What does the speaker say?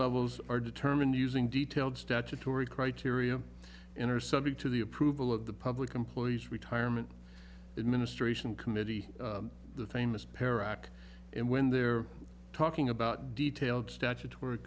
levels are determined using detailed statutory criteria in are subject to the approval of the public employees retirement administration committee the famous pair act and when they're talking about detailed statutory